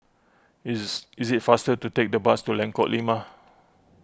is is it faster to take the bus to Lengkok Lima